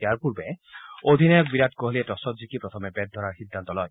ইয়াৰ পূৰ্বে অধিনায়ক বিৰাট কোহলিয়ে টছত জিকি প্ৰথমে বেট ধৰাৰ সিদ্ধান্ত লয়